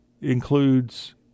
includes